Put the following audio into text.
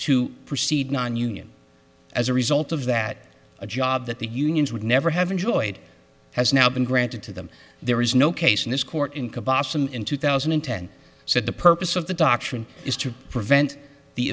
to proceed nonunion as a result of that a job that the unions would never have enjoyed has now been granted to them there is no case in this court in ca boston in two thousand and ten said the purpose of the doctrine is to prevent the